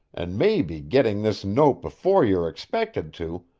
an' maybe gitting this note before you're expected to,